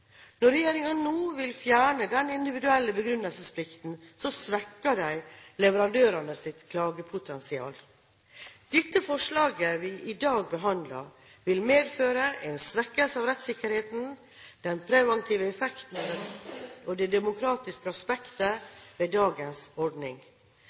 Når regjeringen nå vil fjerne den individuelle begrunnelsesplikten, svekker de leverandørenes klagepotensial. Det forslaget vi i dag behandler, vil medføre en svekkelse av rettssikkerheten, den preventive effekten og det demokratiske